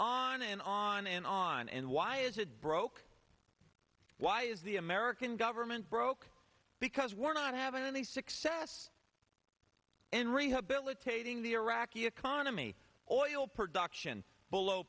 on and on and on and why is it broke why is the american government broke because we're not having any success in rehabilitating the iraqi economy oil production below